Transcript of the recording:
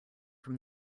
from